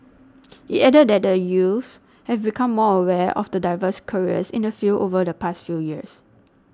it added that the youths have become more aware of the diverse careers in the field over the past few years